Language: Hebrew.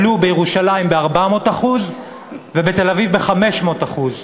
עלו בירושלים ב-400% ובתל-אביב ב-500%.